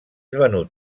venut